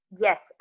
yes